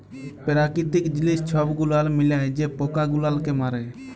পেরাকিতিক জিলিস ছব গুলাল মিলায় যে পকা গুলালকে মারে